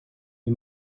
wie